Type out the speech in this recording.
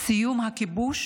סיום הכיבוש